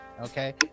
okay